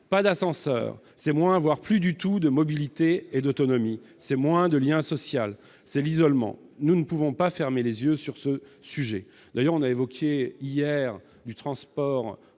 Pas d'ascenseur, c'est moins, voire plus du tout de mobilité et d'autonomie ! C'est moins de lien social ! C'est l'isolement ! Nous ne pouvons pas fermer les yeux sur ce sujet ! Nous avons évoqué hier le transport